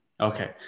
Okay